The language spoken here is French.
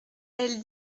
elle